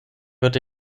wird